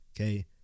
okay